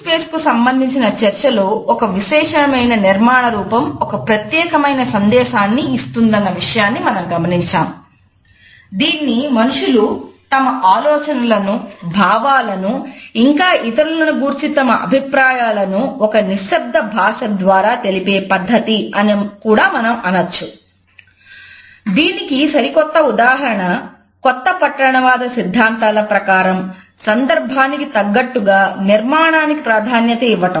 fixed space సిద్ధాంతాల ప్రకారం సందర్భానికి తగినట్టుగా నిర్మాణానికి ప్రాధాన్యతను ఇవ్వటం